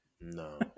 no